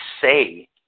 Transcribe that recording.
say